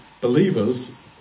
believers